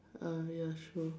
uh ya true